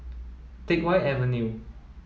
Teck Whye Avenue